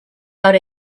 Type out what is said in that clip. out